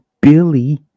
Billy